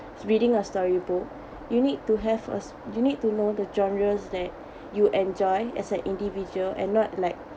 reading a story book you need to have first you need to know the genres that you enjoy as an individual and not like